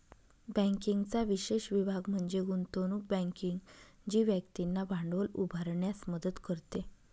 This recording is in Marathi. बँकिंगचा विशेष विभाग म्हणजे गुंतवणूक बँकिंग जी व्यक्तींना भांडवल उभारण्यास मदत करते